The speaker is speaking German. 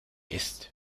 ist